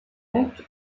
lac